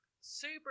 super